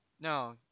No